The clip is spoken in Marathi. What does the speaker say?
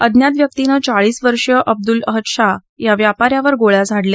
अज्ञात व्यक्तीने चाळीस वर्षीय अब्दुाल अहद शाह या व्यापा यावर गोळ्या झाडल्या